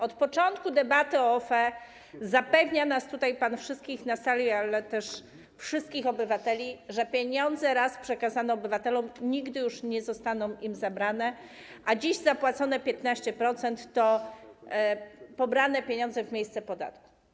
Od początku debaty o OFE zapewnia pan tutaj nas wszystkich na sali, ale też wszystkich obywateli, że pieniądze raz przekazane obywatelom nigdy już nie zostaną im zabrane, a dziś zapłacone 15% to pieniądze pobrane w miejsce podatku.